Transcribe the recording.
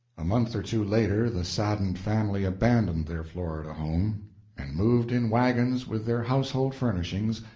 a month or two later the saddened family abandoned their florida home and moved in wagons, with their household furnishings,